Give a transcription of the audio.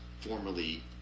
formerly